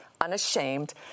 Unashamed